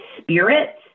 spirit